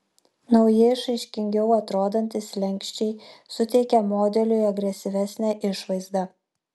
nauji išraiškingiau atrodantys slenksčiai suteikia modeliui agresyvesnę išvaizdą